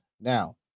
Now